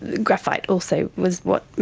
graphite also was what,